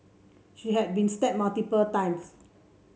she had been stabbed multiple times